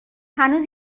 هنوز